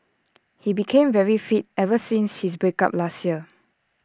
he became very fit ever since his break up last year